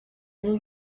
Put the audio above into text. new